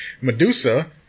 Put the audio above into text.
Medusa